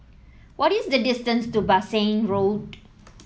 what is the distance to Bassein Road